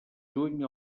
juny